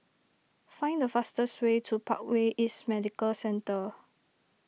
find the fastest way to Parkway East Medical Centre